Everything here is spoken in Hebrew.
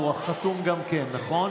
גם הוא חתום, נכון?